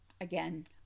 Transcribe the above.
again